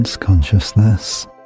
Consciousness